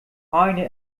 eine